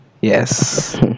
Yes